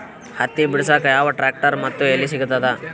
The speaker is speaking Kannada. ಹತ್ತಿ ಬಿಡಸಕ್ ಯಾವ ಟ್ರ್ಯಾಕ್ಟರ್ ಮತ್ತು ಎಲ್ಲಿ ಸಿಗತದ?